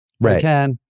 Right